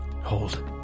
Hold